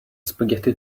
spaghetti